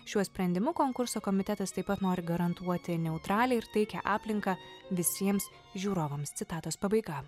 šiuo sprendimu konkurso komitetas taip pat nori garantuoti neutralią ir taikią aplinką visiems žiūrovams citatos pabaiga